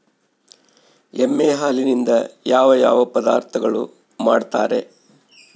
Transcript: ಎಮ್ಮೆ ಹಾಲಿನಿಂದ ಯಾವ ಯಾವ ಪದಾರ್ಥಗಳು ಮಾಡ್ತಾರೆ?